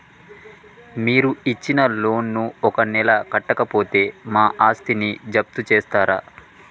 మీరు ఇచ్చిన లోన్ ను ఒక నెల కట్టకపోతే మా ఆస్తిని జప్తు చేస్తరా?